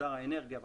שר האנרגיה,